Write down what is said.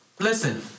Listen